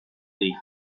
değil